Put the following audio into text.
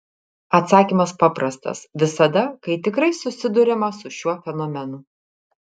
atsakymas paprastas visada kai tikrai susiduriama su šiuo fenomenu